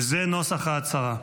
וזה נוסח ההצהרה: